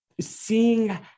seeing